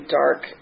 dark